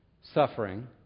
suffering